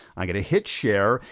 i'm gonna hit share,